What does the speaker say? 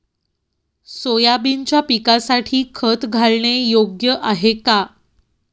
सोयाबीनच्या पिकासाठी खत घालणे योग्य आहे का?